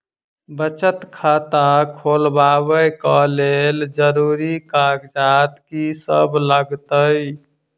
बचत खाता खोलाबै कऽ लेल जरूरी कागजात की सब लगतइ?